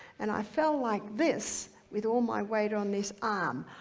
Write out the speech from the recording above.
and i fell like this with all my weight on this arm.